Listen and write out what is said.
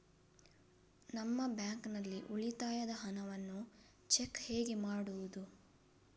ನಮ್ಮ ಬ್ಯಾಂಕ್ ನಲ್ಲಿ ಉಳಿತಾಯದ ಹಣವನ್ನು ಚೆಕ್ ಹೇಗೆ ಮಾಡುವುದು?